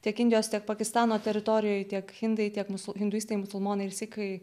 tiek indijos tiek pakistano teritorijoj tiek hindai tiek hinduistai musulmonai ir sikai